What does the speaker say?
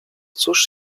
cóż